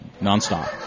nonstop